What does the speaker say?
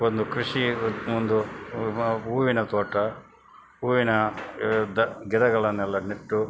ಒಂದು ಕೃಷಿ ಒಂದು ಮ ಹೂವಿನ ತೋಟ ಹೂವಿನ ದ ಗಿಡಗಳನ್ನೆಲ್ಲ ನೆಟ್ಟು